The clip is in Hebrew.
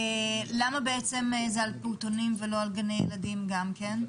למה בעצם זה על פעוטונים ולא על גני ילדים גם כן?